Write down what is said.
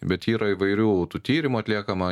bet yra įvairių tų tyrimų atliekama